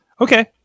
okay